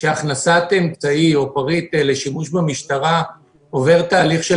שהכנסת אמצעי או פריט לשימוש במשטרה עוברת תהליך של